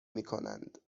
میکنند